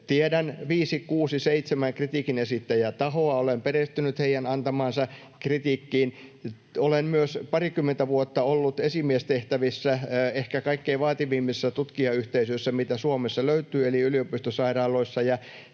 seitsemän kritiikinesittäjätahoa, olen perehtynyt heidän antamaansa kritiikkiin. Olen myös parikymmentä vuotta ollut esimiestehtävissä ehkä kaikkein vaativimmissa tutkijayhteisöissä, mitä Suomesta löytyy, eli yliopistosairaaloissa,